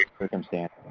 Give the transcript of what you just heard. circumstance